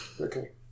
Okay